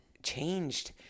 Changed